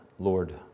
Lord